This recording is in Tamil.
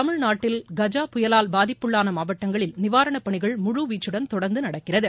தமிழ்நாட்டில் கஜா புயலால் பாதிப்புள்ளான மாவட்டங்களில் நிவாரண பணிகள் முழு வீச்கடன் தொடர்ந்து நடக்கின்றன